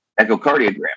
echocardiogram